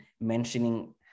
mentioning